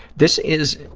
this is